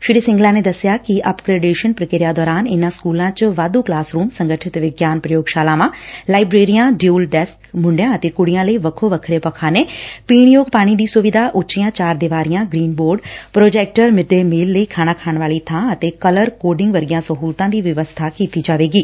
ਸ੍ਰੀ ਸਿੰਗਲਾ ਨੇ ਦੱਸਿਆ ਕਿ ਅਪਗ੍ਰੇਡੇਸ਼ਨ ਪ੍ਰਕਿਰਿਆ ਦੌਰਾਨ ਇਨ੍ਹਾਂ ਸਕੂਲਾਂ ਚ ਵਾਧੂ ਕਲਾਸ ਰੂਮ ਸੰਗਠਿਤ ਵਿਗਿਆਨ ਪ੍ਰਯੋਗਸ਼ਾਲਾਵਾਂ ਲਾਇਬ੍ਰੇਰੀਆਂ ਡਿਊਲ ਡੈਸਕ ਮੁੰਡਿਆ ਅਤੇ ਕੁੜੀਆਂ ਲਈ ਵੱਖੋ ਵੱਖਰੇ ਪਖਾਨੇ ਪੀਣ ਯੋਗ ਪਾਣੀ ਦੀ ਸੁਵਿਧਾ ਉੱਚੀਆਂ ਚਾਰ ਦਿਵਾਰੀਆਂ green board projector mid day meal ਲਈ ਖਾਣਾ ਖਾਣ ਵਾਲੀ ਥਾਂ ਅਤੇ ਕਲਰ ਕੋਡਿੰਗ ਵਰਗੀਆਂ ਸਹੁਲਤਾਂ ਦੀ ਵਿਵਸਥਾ ਕੀਤੀ ਜਾਵੇਗੀ